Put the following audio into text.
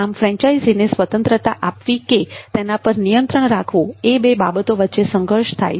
આમ ફ્રેન્ચાઇઝીને સ્વતંત્રતા આપવી કે તેના પર નિયંત્રણ રાખવું એ બે બાબતો વચ્ચે સંઘર્ષ થાય છે